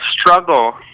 struggle